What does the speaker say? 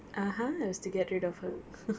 uh !huh! it was to get rid of her